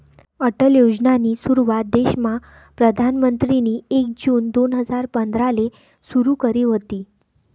अटल योजनानी सुरुवात देशमा प्रधानमंत्रीनी एक जून दोन हजार पंधराले सुरु करी व्हती